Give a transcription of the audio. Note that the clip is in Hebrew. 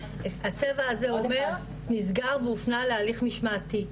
הצבע הזה אומר נסגר והופנה להליך משמעתי,